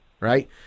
right